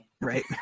right